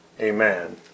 Amen